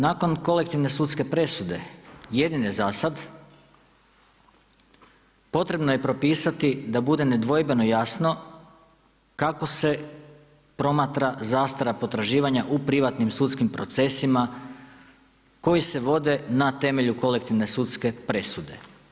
Nakon kolektivne sudske presude jedine za sada potrebno je propisati da bude nedvojbeno jasno kako se promatra zastara potraživanja u privatnim sudskim procesima koji se vode na temelju kolektivne sudske presude.